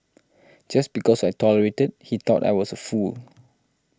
just because I tolerated he thought I was a fool